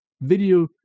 Video